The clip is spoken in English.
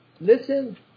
listen